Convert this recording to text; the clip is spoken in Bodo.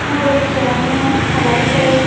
मदद खालामनो हालायसै